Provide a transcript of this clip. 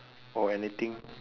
or anything